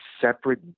separate